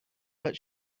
but